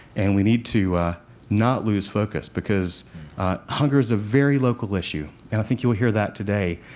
and we need to not lose focus because hunger is a very local issue. and i think you'll hear that today,